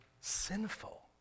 sinful